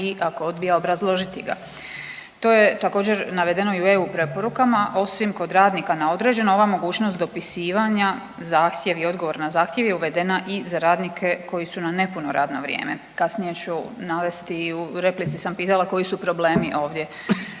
i ako odbija obrazložiti ga. To je također navedeno i u eu preporukama osim kod radnika na određeno ova mogućost dopisivanja zahtjev i odgovor na zahtjev je uvedena i za radnike koji su na nepuno radno vrijeme, kasnije ću navesti i u replici sam pitala koji su problemi ovdje